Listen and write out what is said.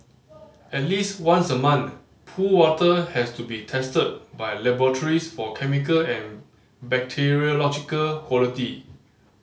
at least once a month pool water has to be tested by laboratories for chemical and bacteriological quality